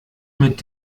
mit